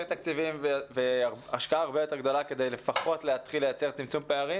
תקציבים ולהשקעה הרבה יותר גדולה כדי לפחות להתחיל לייצר צמצום פערים.